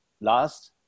last